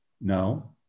No